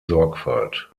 sorgfalt